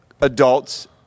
adults